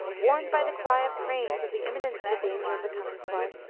warned by the cry of cranes of the imminence of the danger of the coming flood,